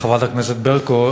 חברת הכנסת ברקו,